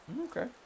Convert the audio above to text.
okay